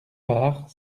part